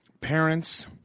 parents